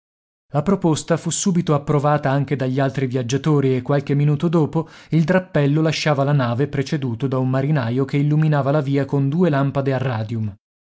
la proposta fu subito approvata anche dagli altri viaggiatori e qualche minuto dopo il drappello lasciava la nave preceduto da un marinaio che illuminava la via con due lampade a radium